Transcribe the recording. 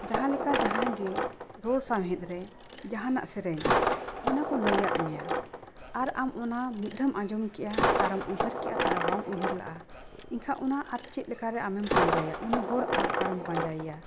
ᱡᱟᱦᱟᱸᱞᱮᱠᱟ ᱡᱟᱦᱟᱸᱭᱜᱮ ᱨᱚᱲ ᱥᱟᱶᱦᱮᱫ ᱨᱮ ᱡᱟᱦᱟᱱᱟᱜ ᱥᱮᱨᱮᱧ ᱚᱱᱟ ᱠᱚ ᱞᱟᱹᱭᱟᱫ ᱢᱮᱭᱟ ᱟᱨ ᱟᱢ ᱚᱱᱟ ᱢᱤᱫ ᱫᱷᱟᱣᱮᱢ ᱟᱸᱡᱚᱢ ᱠᱮᱫᱟ ᱛᱟᱨᱟᱢ ᱩᱭᱦᱟᱹᱨ ᱠᱮᱫᱟ ᱛᱟᱨᱟ ᱵᱟᱢ ᱩᱭᱦᱟᱹᱨ ᱞᱟᱜᱟᱜᱼᱟ ᱮᱱᱠᱷᱟᱱ ᱚᱱᱟ ᱟᱨ ᱪᱮᱫ ᱞᱮᱠᱟᱨᱮ ᱟᱢᱮᱢ ᱯᱟᱸᱡᱟᱭᱟ ᱩᱱᱤ ᱦᱚᱲ ᱟᱨ ᱚᱠᱟᱨᱮᱢ ᱯᱟᱸᱡᱟᱭᱮᱭᱟ